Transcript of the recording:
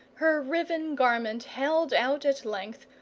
her riven garment held out at length,